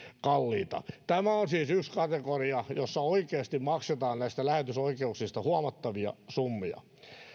kalliita tämä on siis yksi kategoria jossa oikeasti maksetaan näistä lähetysoikeuksista huomattavia summia